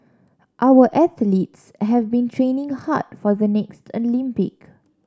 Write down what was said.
our athletes have been training hard for the next Olympic